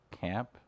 camp